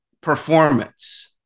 performance